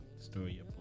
story